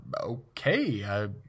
okay